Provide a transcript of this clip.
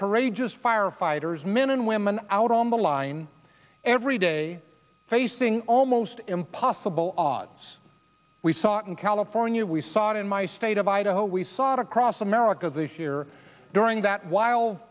courageous firefighters men and women out on the line every day facing almost impossible odds we saw it in california we saw it in my state of idaho we saw it across america this year during that whil